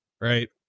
right